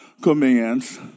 commands